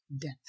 death